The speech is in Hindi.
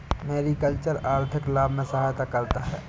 मेरिकल्चर आर्थिक लाभ में सहायता करता है